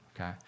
okay